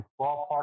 ballpark